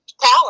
power